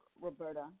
Roberta